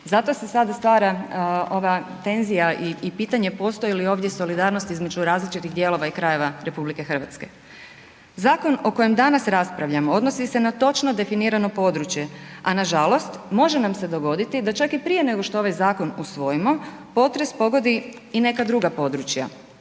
Zato se sada ova tenzija i pitanje postoji li ovdje solidarnost između različitih dijelova i krajeva RH. Zakon o kojem danas raspravljamo odnosi se na točno definirano područje, a nažalost može nam se dogoditi da čak i prije nego što ovaj zakon usvojimo potres pogodi i neka druga područja.